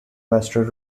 western